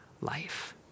life